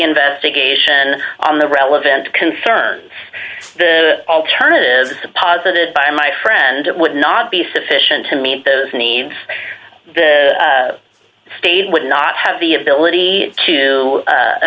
investigation on the relevant concerns the alternatives posited by my friend would not be sufficient to meet those needs the state would not have the ability to